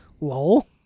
Lol